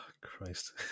Christ